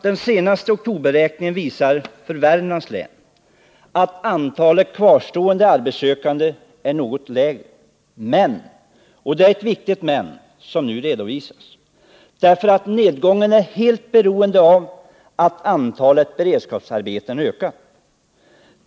Den senaste oktoberräkningen visar för Värmlands län att antalet kvarstående arbetssökande är något lägre men — och det är ett viktigt men som nu redovisas — nedgången är helt beroende på att antalet beredskapsarbeten ökat.